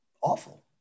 awful